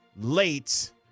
late